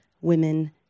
women